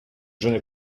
jeune